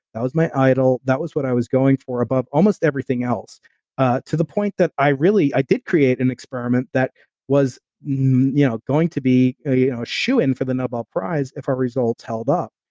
that was my idol that was what i was going for above almost everything else ah to the point that i really, i did create an experiment that was you know going to be ah you know shoo-in for the nobel prize if our results held up.